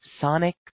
sonic